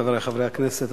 חברי חברי הכנסת,